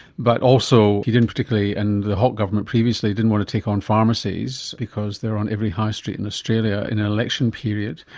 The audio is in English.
but also he didn't particularly and the hawke government previously didn't want to take on pharmacies because they are on every high street in australia in an election period.